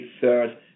third